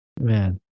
Man